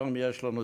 היום יש לנו צבא,